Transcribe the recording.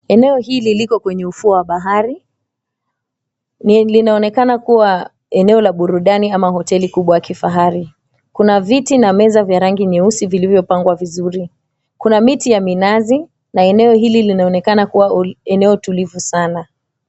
Eneo hili liko kwenye ufuo wa bahari. Linaonekana kuwa eneo la burudani ama hoteli kubwa ya kifahari. Kuna viti na meza vya rangi nyeusi vilivyopangwa vizuri. Kuna miti ya minazi na eneo hili linaonekana kuwa eneo tulivu sana.